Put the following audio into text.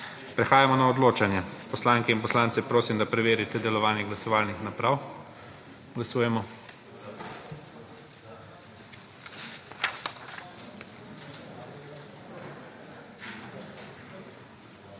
Prehajamo na odločanje. Poslanske in poslance prosim, da preverijo delovanje glasovalnih naprav. Glasujemo.